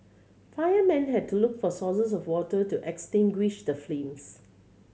firemen had to look for sources of water to extinguish the flames